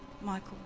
Michael